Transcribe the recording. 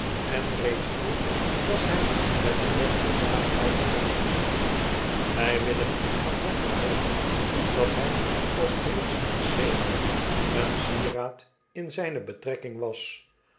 en reeds vroeg was hij met den weg der zaligheid bekend gemaakt wij willen van harte hopen dat hij als britsen zeeman een sieraad in zijne betrekking was